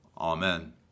Amen